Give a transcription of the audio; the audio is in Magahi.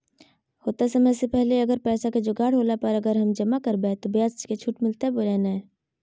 होतय समय से पहले अगर पैसा के जोगाड़ होला पर, अगर हम जमा करबय तो, ब्याज मे छुट मिलते बोया नय?